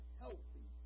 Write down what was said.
healthy